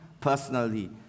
personally